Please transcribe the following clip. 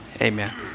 Amen